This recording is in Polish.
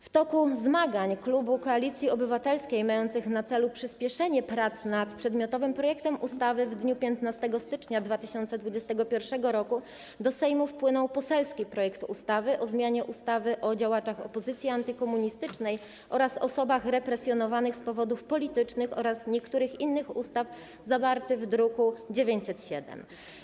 W toku zmagań klubu Koalicji Obywatelskiej mających na celu przyspieszenie prac nad przedmiotowym projektem ustawy w dniu 15 stycznia 2021 r. do Sejmu wpłynął poselski projekt ustawy o zmianie ustawy o działaczach opozycji antykomunistycznej oraz osobach represjonowanych z powodów politycznych oraz niektórych innych ustaw zawarty w druku nr 907.